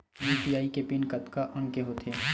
UPI के PIN कतका अंक के होथे?